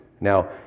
Now